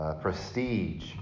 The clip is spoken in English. prestige